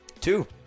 Two